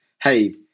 hey